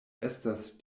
estas